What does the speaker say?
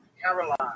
Caroline